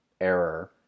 error